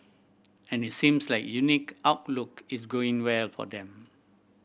and it seems like unique outlook is going well for them